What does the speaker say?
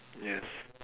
yes